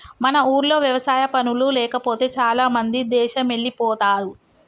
మన ఊర్లో వ్యవసాయ పనులు లేకపోతే చాలామంది దేశమెల్లిపోతారు